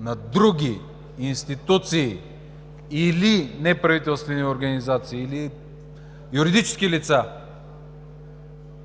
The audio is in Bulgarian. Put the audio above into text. на други институции, неправителствени организации или юридически лица